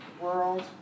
World